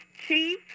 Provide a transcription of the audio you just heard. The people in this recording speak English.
Chief